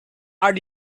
are